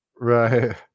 Right